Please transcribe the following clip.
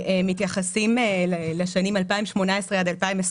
הנתונים מתייחסים לשנים 2018 עד 2021,